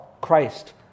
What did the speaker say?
Christ